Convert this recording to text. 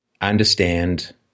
understand